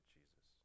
Jesus